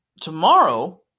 tomorrow